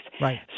Right